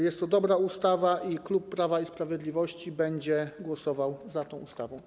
Jest to dobra ustawa i klub Prawa i Sprawiedliwości będzie głosował za tą ustawą.